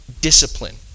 discipline